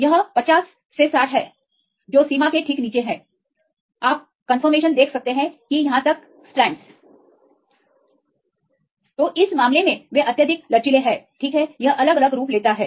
यह 50 60 है जो सीमा के ठीक नीचे है आप पुष्टि देख सकते हैं कि यहां तक कि स्ट्रैंडस तो इस मामले में वे अत्यधिक लचीले हैं ठीक है यह अलग अलग रूप लेता है